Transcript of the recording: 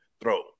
throw